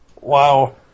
Wow